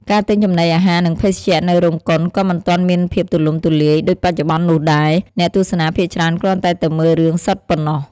ការទិញចំណីអាហារ និងភេសជ្ជៈនៅរោងកុន ក៏មិនទាន់មានភាពទូលំទូលាយ ដូចបច្ចុប្បន្ននោះដែរ អ្នកទស្សនាភាគច្រើនគ្រាន់តែទៅមើលរឿងសុទ្ធប៉ុណ្ណោះ ។